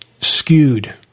skewed